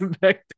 back